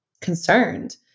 concerned